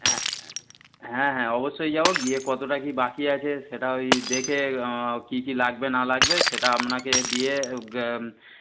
হ্যাঁ হ্যাঁ হ্যাঁ অবশ্যই যাব গিয়ে কতটা কি বাকি আছে সেটা ওই দেখে কী কী লাগবে না লাগবে সেটা আপনাকে দিয়ে